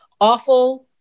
awful